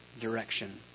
direction